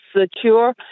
secure